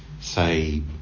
say